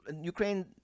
Ukraine